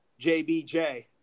JBJ